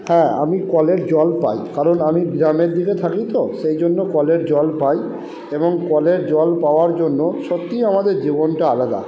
হ্যাঁ আমি কলের জল পাই কারণ আমি গ্রামের দিকে থাকি তো সেই জন্য কলের জল পাই এবং কলের জল পাওয়ার জন্য সত্যিই আমাদের জীবনটা আলাদা